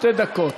שתי דקות.